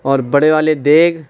اور بڑے والے دیگ